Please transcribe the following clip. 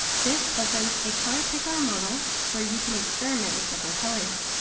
this opens a color picker modal where you can experiment with different colors.